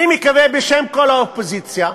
אני מקווה שבשם כל האופוזיציה,